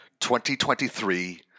2023